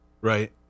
right